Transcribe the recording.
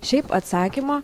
šiaip atsakymo